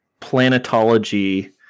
planetology